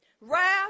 wrath